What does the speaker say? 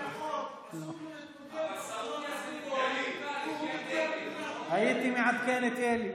לפי החוק אסור לו להתמודד, הייתי מעדכן את אלי.